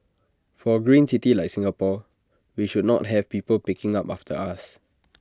for A green city like Singapore we should not have people picking up after us